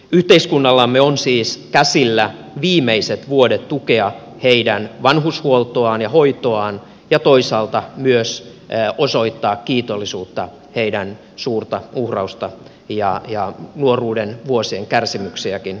yhteiskunnallamme on siis käsillä viimeiset vuodet tukea heidän vanhushuoltoaan ja hoitoaan ja toisaalta myös osoittaa kiitollisuutta heidän suurta uhraustaan ja nuoruuden vuosien kärsimyksiäänkin kohtaan